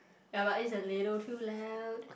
ya but it's a little too loud